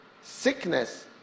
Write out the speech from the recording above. Sickness